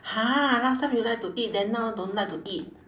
!huh! last time you like to eat then now don't like to eat